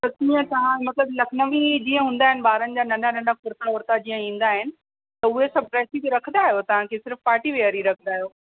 त कीअं असां मतिलबु लखनवी जीअं हूंदा आहिनि ॿारनि जा नंढा नंढा कुर्ता जीअं ईंदा आहिनि त उहे सभु ड्रेसिस रखंदा आहियो तव्हां खे सिर्फ़ु पार्टी वियर ई रखंदा आहियो